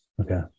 Okay